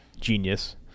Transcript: genius